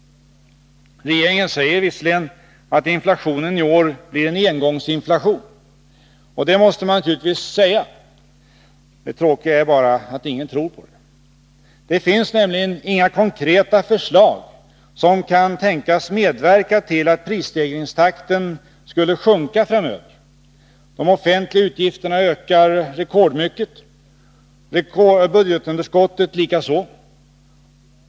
Regeringen säger visserligen att inflationen i år blir en ”engångsinflation”. Och det måste man naturligtvis säga. Det tråkiga är bara att ingen tror på det. Det finns nämligen inga konkreta förslag som kan tänkas medverka till att prisstegringstakten skulle sjunka framöver. De offentliga utgifterna ökar rekordmycket, budgetunderskottet likaså.